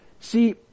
See